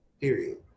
Period